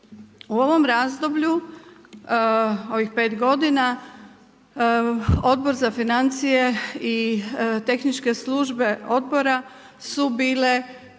U ovom razdoblju, u ovih 5 g. Odbor za financije i tehničke službe odbora su bile